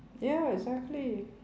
ya exactly